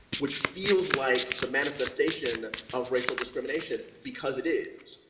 which feels like the manifestation of racial discrimination, because it is.